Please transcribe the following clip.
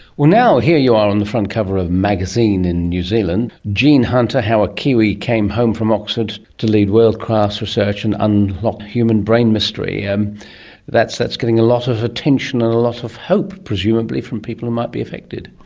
well, now here you are on the front cover of a magazine in new zealand, gene hunter how a kiwi came home from oxford to lead world-class research and unlock human brain mystery. and that's that's getting a lot of attention and a lot of hope presumably from people who might be affected.